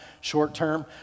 short-term